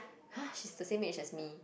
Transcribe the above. !huh! she's the same age as me